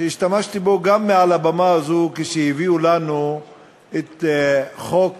שהשתמשתי בו גם מעל הבמה הזאת כשהביאו לנו את חוק